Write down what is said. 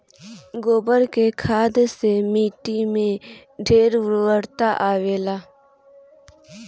गोबर के खाद से माटी में ढेर उर्वरता आवेला